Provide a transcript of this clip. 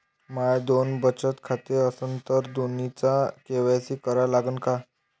माये दोन बचत खाते असन तर दोन्हीचा के.वाय.सी करा लागन का?